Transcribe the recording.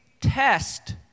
test